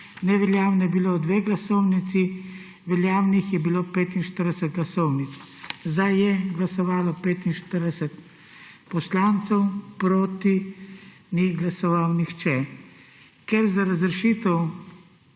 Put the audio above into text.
Neveljavni sta bili 2 glasovnici, veljavnih je bilo 45 glasovnic. Za je glasovalo 45 poslancev, proti ni glasoval nihče. Ker za razrešitev